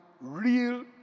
Real